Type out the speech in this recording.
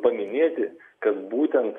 paminėti kad būtent